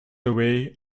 away